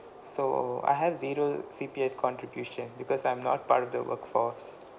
so I have zero C_P_F contribution because I'm not part of the workforce